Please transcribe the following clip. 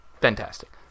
Fantastic